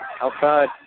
outside